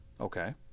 okay